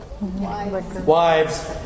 Wives